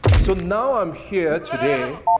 so, now i'm here today,